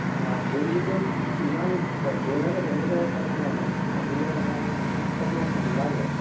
দুই কিলোত ইমান ব্ৰইলাৰটো সৰু হৈ আছে নহয় কাটিলে ইমান মাংসটো নোলাব